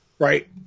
Right